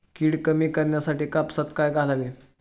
कीड कमी करण्यासाठी कापसात काय घालावे?